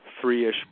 three-ish